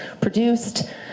produced